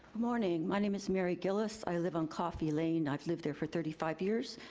morning. my name is mary gillis. i live on coffee lane. i've lived there for thirty five years,